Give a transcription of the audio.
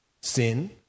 sin